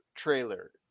trailer